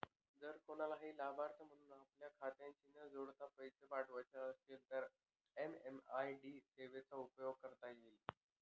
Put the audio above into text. जर कुणालाही लाभार्थी म्हणून आपल्या खात्याशी न जोडता पैसे पाठवायचे असतील तर एम.एम.आय.डी सेवेचा उपयोग करता येईल